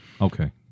Okay